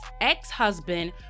ex-husband